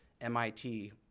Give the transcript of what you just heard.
MIT